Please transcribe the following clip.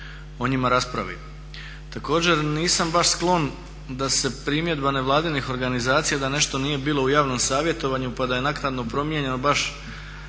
o njima raspravi. Također nisam baš sklon da se primjedba nevladinih organizacija da nešto nije bilo u javnom savjetovanju pa da je naknadno promijenjeno baš